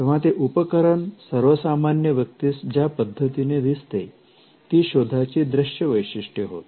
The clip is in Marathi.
तेव्हा ते उपकरण सर्वसामान्य व्यक्तीस ज्या पद्धतीने दिसते ती शोधाची दृश्य वैशिष्ट्ये होत